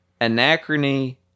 Anachrony